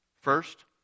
First